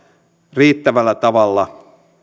riittävällä tavalla